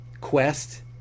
quest